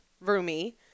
roomy